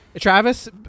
Travis